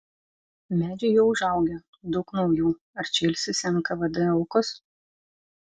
medžiai jau užaugę daug naujų ar čia ilsisi nkvd aukos